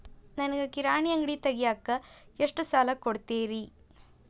ನನಗ ಕಿರಾಣಿ ಅಂಗಡಿ ತಗಿಯಾಕ್ ಎಷ್ಟ ಸಾಲ ಕೊಡ್ತೇರಿ?